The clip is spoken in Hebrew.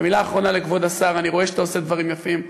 ומילה אחרונה לכבוד השר: אני רואה שאתה עושה דברים יפים.